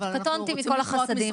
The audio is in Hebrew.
קטונתי מכל החסדים.